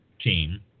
team